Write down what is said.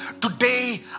Today